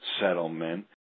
settlement